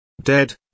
Dead